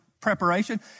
preparation